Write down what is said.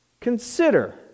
Consider